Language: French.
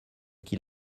qu’il